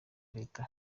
leta